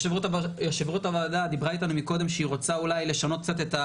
יושבת-ראש הוועדה דיברה איתנו מקודם שהיא רוצה אולי לשנות קצת,